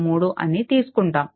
3 అని తీసుకుంటాము